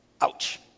Ouch